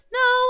no